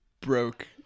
broke